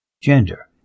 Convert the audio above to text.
Gender